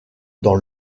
dans